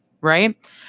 Right